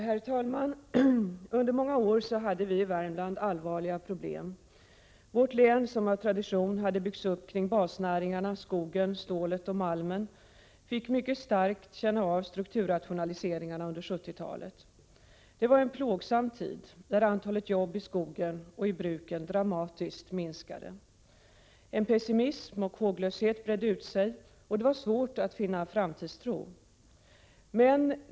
Herr talman! Under många år hade vi i Värmland allvarliga problem. Vårt län, som av tradition hade byggts upp kring basnäringarna skogen, stålet och malmen, fick mycket starkt känna av strukturrationaliseringarna under 1970-talet. Det var en plågsam tid där antalet jobb i skogen och i bruken dramatiskt minskade. En pessimism och håglöshet bredde ut sig, och det var svårt att finna framtidstro.